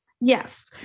Yes